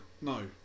no